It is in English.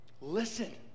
listen